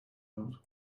about